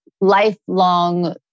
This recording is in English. lifelong